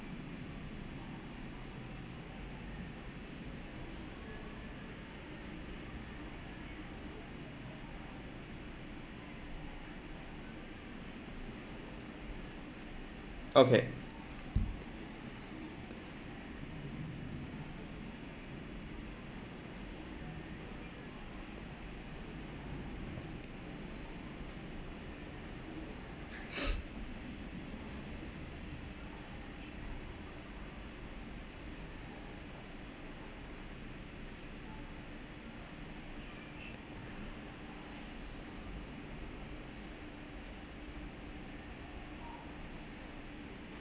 okay